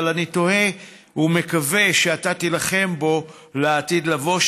אבל אני תוהה ומקווה שאתה תילחם בו לעתיד לבוא,